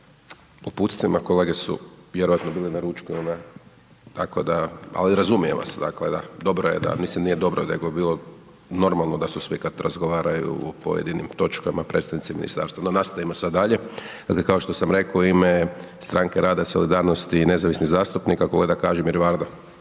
uputstvima, kolege su vjerovatno bili na ručku tako da, ali razumijem vas, dakle da, dobro je da, mislim nije dobro, nego bi bilo normalno da su svi kad razgovaraju o pojedinim točkama predstavnicima ministarstva, no nastavimo sad dalje. Dakle kao što sam rekao, u ime Stranke rada i solidarnosti i nezavisnih zastupnika kolega Kažimir Varda.